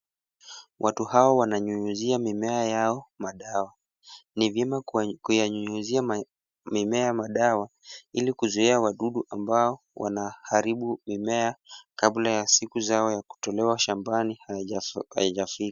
Watu hawa wananyunyuzia mimea yao madawa, ni vyema kuyanyunyuzia mimea madawa ili kuzuia wadudu ambao wanaharibu mimea kabla ya siku zao ya kutolewa shambani haijafika.